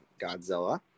Godzilla